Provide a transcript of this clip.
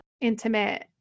intimate